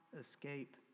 escape